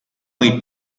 muy